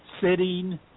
sitting